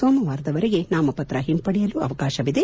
ಸೋಮವಾರದವರೆಗೆ ನಾಮಪತ್ರ ಹಿಂಪಡೆಯಲು ಅವಕಾಶವಿದೆ